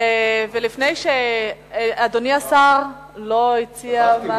אדוני השר לא הציע.